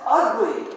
ugly